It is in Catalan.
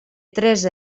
tres